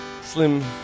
Slim